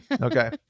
Okay